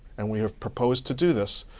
and we have proposed to do this,